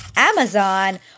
Amazon